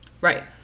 Right